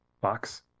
box